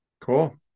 Cool